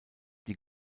die